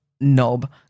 knob